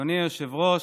אדוני היושב-ראש.